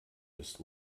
ist